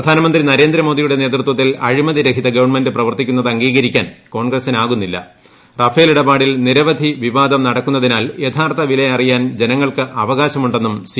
പ്രധാനമന്ത്രി നരേന്ദ്രമോദിയുടെ നേതൃത്വത്തിൽ അഴിമതി രഹിത ഗവണമെന്റ് പ്രവർത്തിക്കുന്നത് അംഗീകരിക്കാൻ കോൺഗ്രസിനാകുന്നില്ല റഫേൽ ഇടപാടിൽ നിരവധി വിവാദം നടക്കുന്നതിനാൽ യഥാർത്ഥ വില അറിയാൻ ജനങ്ങൾക്ക് അവകാശമുണ്ടെന്നും സി